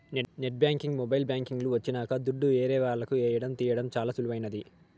net banking mobile banking లు వచ్చినంక దుడ్డు ఏరే వాళ్లకి ఏయడం తీయడం చానా సులువైంది